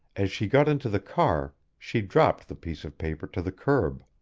as she got into the car, she dropped the piece of paper to the curb.